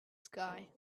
sky